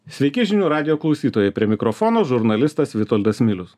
sveiki žinių radijo klausytojai prie mikrofono žurnalistas vitoldas milius